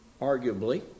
arguably